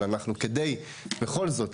אבל אנחנו כדי בכל זאת,